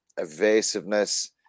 evasiveness